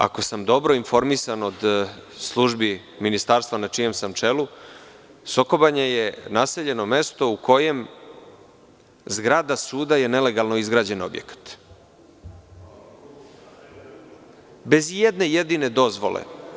Ako sam dobro informisan od službi Ministarstva na čijem sam čelu, Soko Banja je naseljeno mesto u kojem je zgrada suda nelegalno izgrađen objekat, bez i jedne jedine dozvole.